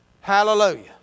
Hallelujah